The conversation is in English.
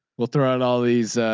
we'll throw out all these.